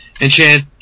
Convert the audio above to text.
enchant